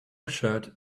shirt